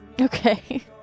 Okay